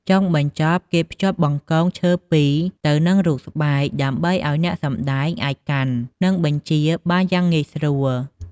ចុងបញ្ចប់ គេភ្ជាប់បង្គងឈើពីរទៅនឹងរូបស្បែក ដើម្បីឱ្យអ្នកសម្តែងអាចកាន់ និងបញ្ជាបានយ៉ាងងាយស្រួល។